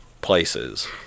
places